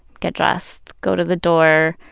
get dressed, go to the door.